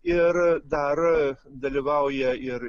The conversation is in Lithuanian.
ir dar dalyvauja ir